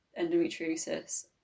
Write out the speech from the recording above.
endometriosis